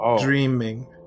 dreaming